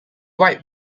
white